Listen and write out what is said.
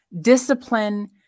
discipline